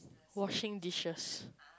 washing dishes